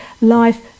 life